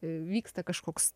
vyksta kažkoks